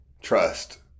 Trust